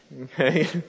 okay